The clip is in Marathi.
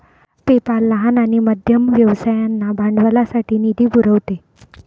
पेपाल लहान आणि मध्यम व्यवसायांना भांडवलासाठी निधी पुरवते